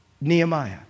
Nehemiah